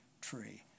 tree